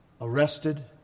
arrested